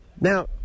now